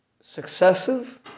successive